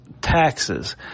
taxes